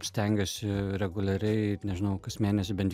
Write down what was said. stengiuosi reguliariai nežinau kas mėnesį bent